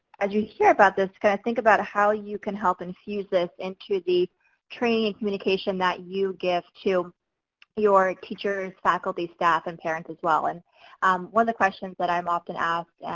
as you hear about this kind of think about how you can help infuse this into the training and communication that you give to your teachers, faculty, staff, and parents as well. and um one of the questions but i'm often asked,